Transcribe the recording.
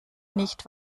nicht